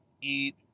Eat